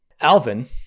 Alvin